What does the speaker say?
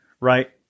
right